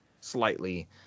slightly